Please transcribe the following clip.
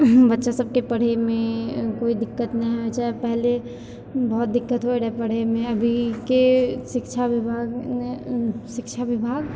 बच्चासबके पढ़ैमे कोइ दिक्कत नहि होइ छै पहिले बहुत दिक्कत होइ रहै पढ़ैमे अभीके शिक्षा विभाग ने शिक्षा विभाग